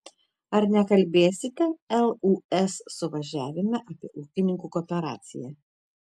ar nekalbėsite lūs suvažiavime apie ūkininkų kooperaciją